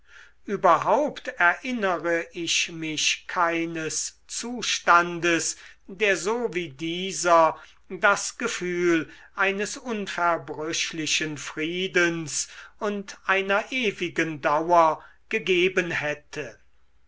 überhaupt erinnere ich mich keines zustandes der so wie dieser das gefühl eines unverbrüchlichen friedens und einer ewigen dauer gegeben hätte